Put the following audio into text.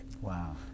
Wow